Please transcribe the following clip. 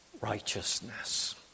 righteousness